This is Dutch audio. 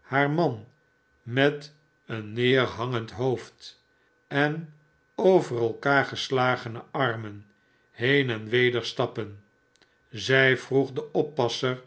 haar man met een neerhangend hoofd en over elkaar eslagene armen heen en weder stappen zij vroeg den oppasser